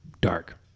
Dark